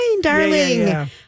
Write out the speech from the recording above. darling